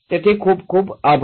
તેથી ખૂબ ખૂબ આભાર